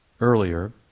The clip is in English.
earlier